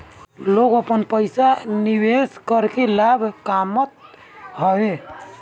लोग आपन पईसा निवेश करके लाभ कामत हवे